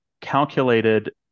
calculated